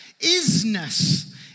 isness